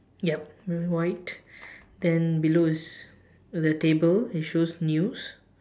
yup with white then below is the table it shows news